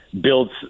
builds